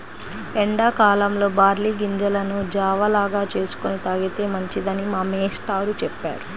ఎండా కాలంలో బార్లీ గింజలను జావ లాగా చేసుకొని తాగితే మంచిదని మా మేష్టారు చెప్పారు